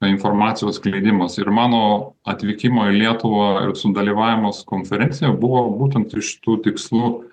informacijos skleidimas ir mano atvykimo į lietuvą ir sudalyvavimas konferencijoj buvo būtent iš tų tikslų